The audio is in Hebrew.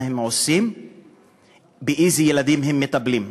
מה הם עושים ובאיזה ילדים הם מטפלים.